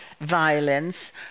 violence